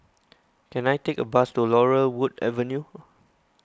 can I take a bus to Laurel Wood Avenue